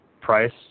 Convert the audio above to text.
price